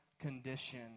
condition